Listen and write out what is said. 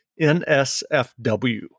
NSFW